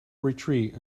retreat